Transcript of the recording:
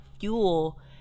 fuel